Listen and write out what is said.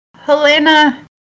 Helena